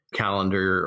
calendar